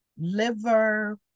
liver